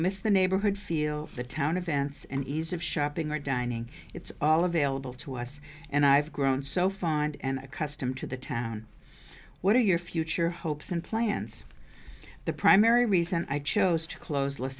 miss the neighborhood feel the town events and ease of shopping or dining it's all available to us and i have grown so fond and accustomed to the town what are your future hopes and plans the primary reason i chose to close